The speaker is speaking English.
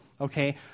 Okay